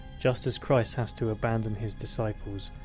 just as christ has to abandon his disciples,